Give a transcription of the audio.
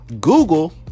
Google